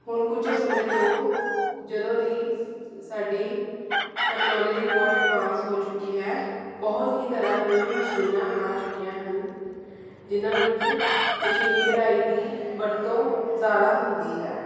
ਹੁਣ ਕੁਝ ਸਮੇਂ ਤੋਂ ਜਦੋਂ ਦੀ ਸਾਡੀ ਟੈਕਨੋਲੋਜੀ ਬਹੁਤ ਐਡਵਾਂਸ ਹੋ ਚੁੱਕੀ ਹੈ ਬਹੁਤ ਹੀ ਤਰ੍ਹਾਂ ਦੀਆਂ ਮਸ਼ੀਨਾਂ ਆ ਚੁੱਕੀਆਂ ਹਨ ਜਿਹਨਾਂ ਵਿੱਚ ਮਸ਼ੀਨੀ ਕਢਾਈ ਦੀ ਵਰਤੋਂ ਜ਼ਿਆਦਾ ਹੁੰਦੀ ਹੈ